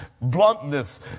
Bluntness